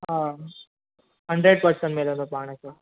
हा hundred percent मिलंदो पाण जो